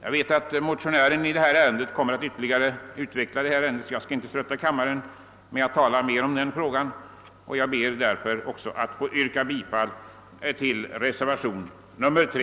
Jag vet att motionären i detta ärende ytterligare kommer att utveckla ämnet; varför jag inte skall trötta kammaren med att tala mera om den frågan. Jag ber emellertid att också få yrka bifall till reservationen 3.